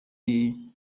yivuze